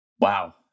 Wow